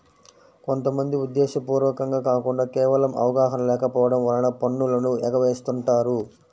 కొంత మంది ఉద్దేశ్యపూర్వకంగా కాకుండా కేవలం అవగాహన లేకపోవడం వలన పన్నులను ఎగవేస్తుంటారు